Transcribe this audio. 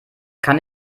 kann